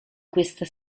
questa